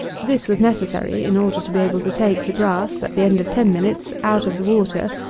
this was necessary, in order to be able to take the grass, at the end of ten minutes, out of the water,